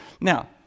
Now